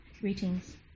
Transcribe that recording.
greetings